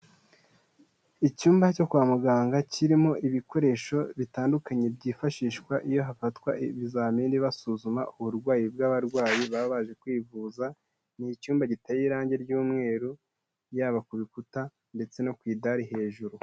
Icyumba cyo kwa muganga kirimo ibikoresho bitandukanye byifashishwa iyo hafatwa ibizamini basuzuma uburwayi bw'abarwayi baba baje kwivuza, ni icyumba giteye irangi ry'umweru yaba ku bikuta ndetse no ku idari hejuru.